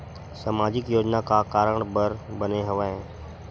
सामाजिक योजना का कारण बर बने हवे?